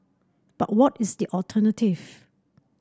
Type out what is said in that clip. but what is the alternative